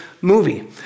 movie